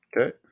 Okay